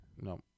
No